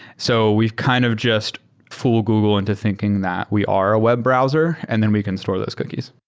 so we've kind of just fool google into thinking that we are a web browser and then we can store those cookies.